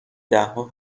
دهها